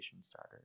starter